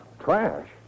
Trash